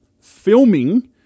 filming